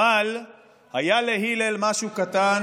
אבל היה להלל משהו קטן,